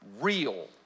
real